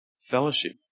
fellowship